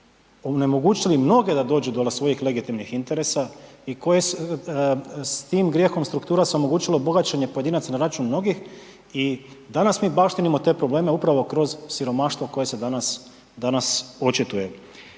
onemogućili mnoge da dođu do svojih legitimnih interesa i koje s tim grijehom struktura se omogućilo bogaćenje pojedinaca na račun mnogih i danas mi baštinimo te probleme upravo kroz siromaštvo koje se danas, danas očituje.